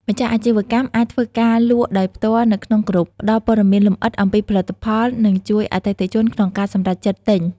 ម្ចាស់អាជីវកម្មអាចធ្វើការលក់ដោយផ្ទាល់នៅក្នុងក្រុម ផ្ដល់ព័ត៌មានលម្អិតអំពីផលិតផល និងជួយអតិថិជនក្នុងការសម្រេចចិត្តទិញ។